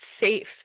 safe